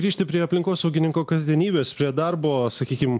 grįžti prie aplinkosaugininko kasdienybės prie darbo sakykim